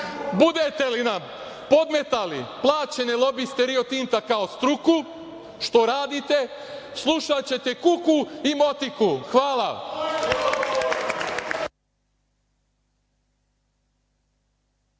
budete li nam podmetali plaćene lobiste Rio Tinta kao struku, što radite, slušaćete kuku i motiku. Hvala.